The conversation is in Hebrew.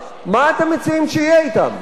אם אסור לשכור דירה, מה אתם מציעים שיהיה אתם?